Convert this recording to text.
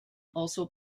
also